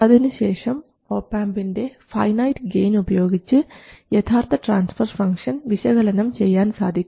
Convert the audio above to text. അതിനുശേഷം ഒപാംപിൻറെ finite gain ഉപയോഗിച്ച് യഥാർത്ഥ ട്രാൻസ്ഫർ ഫംഗ്ഷൻ വിശകലനം ചെയ്യാൻ സാധിക്കും